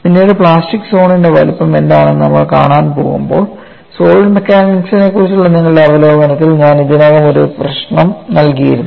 പിന്നീട് പ്ലാസ്റ്റിക് സോണിന്റെ വലുപ്പം എന്താണെന്ന് നമ്മൾ കാണാൻ പോകുമ്പോൾ സോളിഡ് മെക്കാനിക്സിനെക്കുറിച്ചുള്ള നിങ്ങളുടെ അവലോകനത്തിൽ ഞാൻ ഇതിനകം ഒരു പ്രശ്നം നൽകിയിരുന്നു